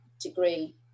degree